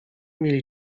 mieli